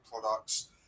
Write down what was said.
products